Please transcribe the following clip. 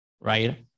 right